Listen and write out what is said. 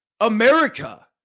america